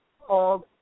called